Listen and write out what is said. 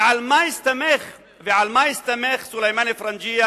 ועל מה הסתמך סולימאן א-פרנג'יה